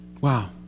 Wow